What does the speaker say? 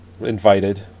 invited